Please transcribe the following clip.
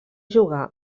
jugar